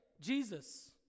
Jesus